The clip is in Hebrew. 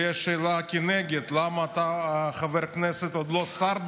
לי יש שאלה כנגד: למה אתה חבר כנסת ועוד לא שר,